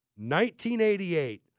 1988